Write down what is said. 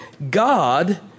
God